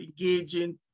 engaging